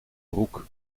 broek